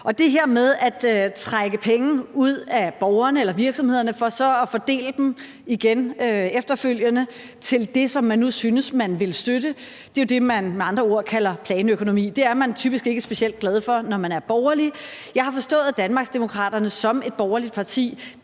det her med at trække penge ud af borgerne eller virksomhederne for så at fordele dem igen efterfølgende til det, som man nu synes man vil støtte – det er jo det, som man med andre ord kalder planøkonomi – er man typisk ikke specielt glad for, når man er borgerlig. Jeg har forstået, at Danmarksdemokraterne er et borgerligt parti,